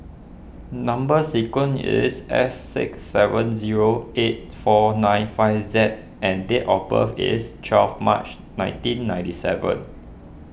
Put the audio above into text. Number Sequence is S six seven zero eight four nine five Z and date of birth is twelve March nineteen ninety seven